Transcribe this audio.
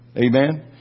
Amen